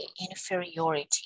inferiority